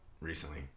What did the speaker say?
recently